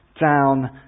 down